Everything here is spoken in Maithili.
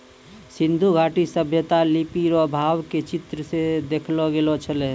सिन्धु घाटी सभ्यता लिपी रो भाव के चित्र मे देखैलो गेलो छलै